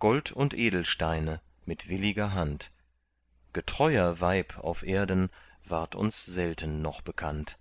gold und edelsteine mit williger hand getreuer weib auf erden ward uns selten noch bekannt